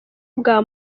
bwa